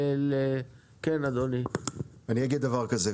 אני אגיד דבר כזה.